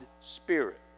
spirit